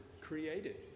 created